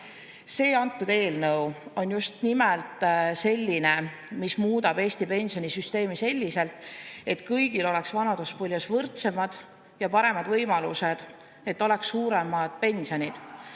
See eelnõu on just nimelt selline, mis muudab Eesti pensionisüsteemi selliselt, et kõigil oleks vanaduspõlves võrdsemad ja paremad võimalused, et oleks suuremad pensionid,